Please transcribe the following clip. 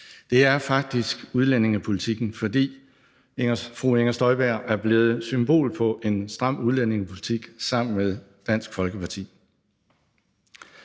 Det er faktisk udlændingepolitikken, fordi fru Inger Støjberg er blevet et symbol på en stram udlændingepolitik sammen med Dansk Folkeparti.